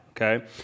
okay